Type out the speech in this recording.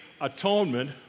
atonement